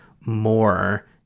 more